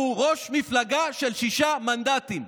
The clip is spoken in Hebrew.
הוא ראש מפלגה של שישה מנדטים,